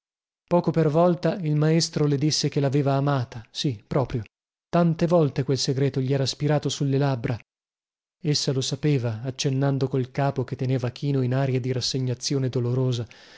poco per volta il maestro le disse che laveva amata sì proprio tante volte quel segreto gli era spirato sulle labbra essa lo sapeva accennando col capo che teneva chino in aria di rassegnazione dolorosa